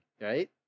right